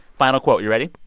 final quote. you ready?